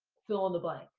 fill in the blank,